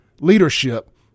leadership